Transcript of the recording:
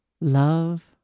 love